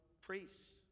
priests